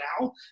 now